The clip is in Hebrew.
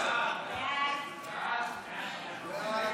הצעת הוועדה